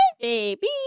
baby